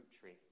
tree